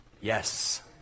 Yes